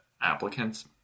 applicants